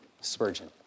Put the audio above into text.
Spurgeon